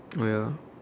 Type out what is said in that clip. oh ya